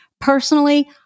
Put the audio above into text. Personally